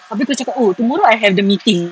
abeh kau cakap oh tomorrow I have the meeting